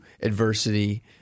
adversity